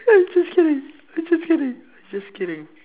just kidding I'm just kidding just kidding